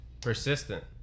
Persistent